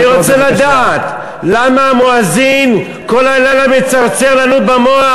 אני רוצה לדעת למה המואזין כל הלילה מצרצר לנו במוח?